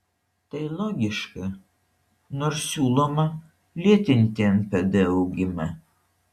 tai logiška nors siūloma lėtinti npd augimą